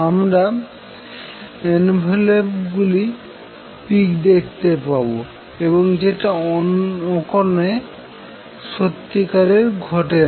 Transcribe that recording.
আমরা অনেভ্লগুলি পিক দেখতে পাবো যেটা অন্য কোনে সত্যিকারে ঘটে না